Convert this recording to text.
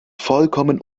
vollkommen